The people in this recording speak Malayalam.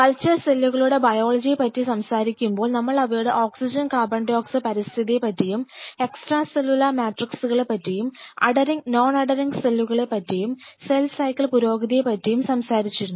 കൾച്ചർ സെല്ലുകളുടെ ബയോളജിയെ പറ്റി സംസാരിക്കുമ്പോൾ നമ്മൾ അവയുടെ ഓക്സിജൻ കാർബൺഡയോക്സൈഡ് പരിസ്ഥിതിയെ പറ്റിയും എക്സ്ട്രാ സെല്ലുലാർ മാട്രിക്സ്കളെ പറ്റിയും അധെറിങ് നോൺ അധെറിങ് സെല്ലുകളെ പറ്റിയും സെൽ സൈക്കിൾ പുരോഗതിയെ പറ്റിയും മുൻപ് സംസാരിച്ചിരുന്നു